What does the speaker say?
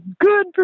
good